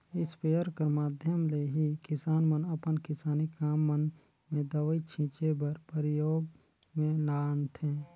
sprayer कर माध्यम ले ही किसान मन अपन किसानी काम मन मे दवई छीचे बर परियोग मे लानथे